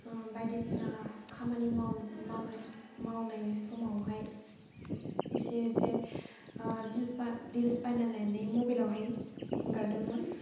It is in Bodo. बायदिसिना खामानि माव मावनो मावनायनि समावहाय इसे इसे रिल्स बानायनानै मबाइलावहाय हेंगारदोंमोन